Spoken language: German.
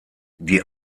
die